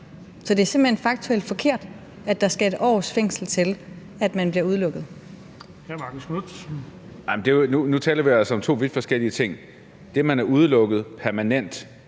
simpelt hen faktuelt forkert, at der skal 1 års fængsel til, at man bliver udelukket.